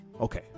Okay